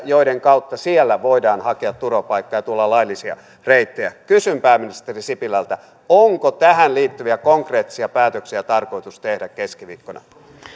joiden kautta siellä voidaan hakea turvapaikkaa ja tulla laillisia reittejä kysyn pääministeri sipilältä onko tähän liittyviä konkreettisia päätöksiä tarkoitus tehdä keskiviikkona